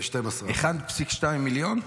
1.2 מיליון?